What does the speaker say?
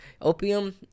opium